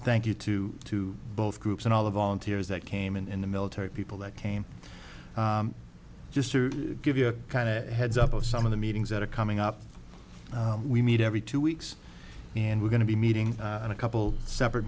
you to to both groups and all the volunteers that came in the military people that came just to give you a kind of heads up of some of the meetings that are coming up we meet every two weeks and we're going to be meeting on a couple separate